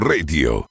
Radio